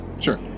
sure